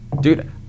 dude